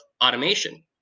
automation